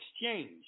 exchange